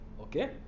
Okay